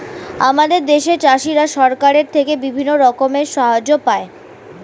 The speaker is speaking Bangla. আমাদের দেশের চাষিরা সরকারের থেকে বিভিন্ন রকমের সাহায্য পায়